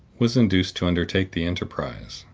was induced to undertake the enterprise.